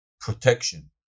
protection